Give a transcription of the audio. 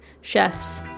chefs